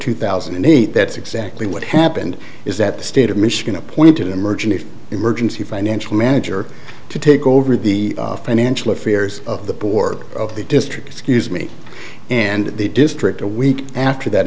two thousand and eight that's exactly what happened is that the state of michigan appointed emergency emergency financial manager to take over the financial affairs of the board of the district excuse me and the district a week after that